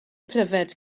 pryfed